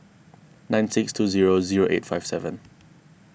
nine six two zero zero eight five seven